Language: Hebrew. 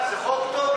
זה חוק טוב,